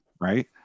Right